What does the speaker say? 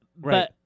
right